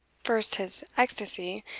first his ecstasy,